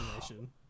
Nation